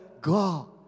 God